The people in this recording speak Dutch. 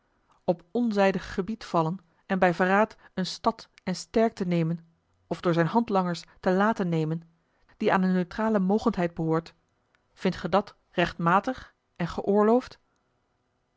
op onzijdig gebied vallen en bij verraad eene stad en sterkte nemen of door zijne handlangers te laten nemen die aan eene neutrale mogendheid behoort vindt ge dat rechtmatig en geoorloofd